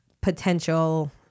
potential